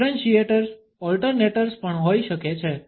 differentiators alternators પણ હોઈ શકે છે